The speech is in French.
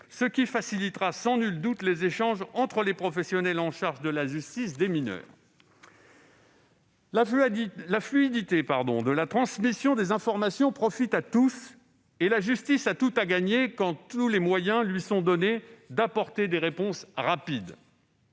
ce qui facilitera sans nul doute les échanges entre les professionnels chargés de la justice des mineurs. La fluidité de la transmission des informations profite à tous, et la justice a tout à gagner quand les moyens lui sont donnés d'apporter des réponses rapides.